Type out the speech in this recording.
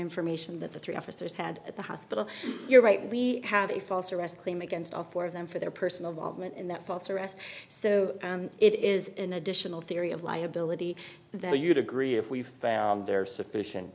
information that the three officers had at the hospital you're right we have a false arrest claim against all four of them for their personal moment in that false arrest so it is an additional theory of liability there you'd agree if we found there are sufficient